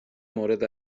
مورد